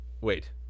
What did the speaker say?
Wait